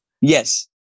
Yes